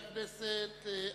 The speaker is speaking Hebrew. הכנסת אקוניס.